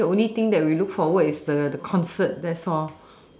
then the only thing that we look forward is the the concert that's all